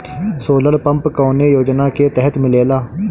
Solar pump कौने योजना के तहत मिलेला?